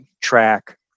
track